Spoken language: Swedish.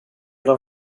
dem